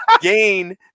gain